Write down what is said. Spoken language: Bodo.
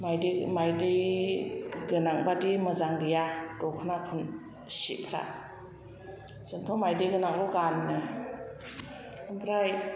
मायदि गोनांबादि मोजां गैया दखना सिफोरा जोंथ' मायदि गोनांल' गानो ओमफ्राय